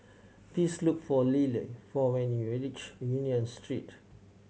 please look for Liller for when you reach Union Street